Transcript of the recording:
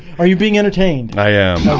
are you being entertained i am?